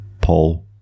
Paul